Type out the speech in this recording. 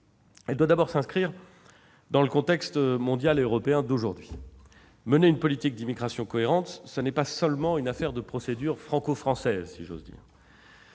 Sénat doit d'abord s'inscrire dans le contexte mondial et européen d'aujourd'hui. Mener une politique d'immigration cohérente n'est pas seulement une affaire de procédures franco-françaises. Il s'agit,